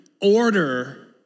order